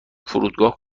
فرودگاه